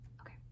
okay